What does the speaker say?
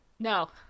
no